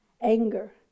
anger